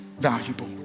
valuable